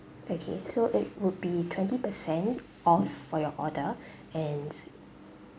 okay so it would be twenty percent off for your order and